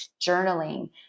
journaling